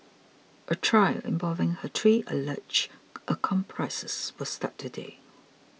a trial involving her three alleged accomplices will start today